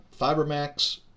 FiberMax